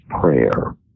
prayer